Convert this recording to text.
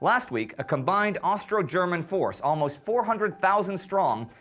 last week, a combined austro-german force, almost four hundred thousand strong,